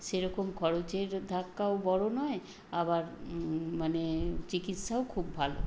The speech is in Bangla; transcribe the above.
সেরকম খরচের ধাক্কাও বড় নয় আবার মানে চিকিৎসাও খুব ভালো